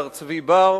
מר צבי בר,